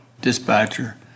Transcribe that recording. Dispatcher